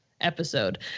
episode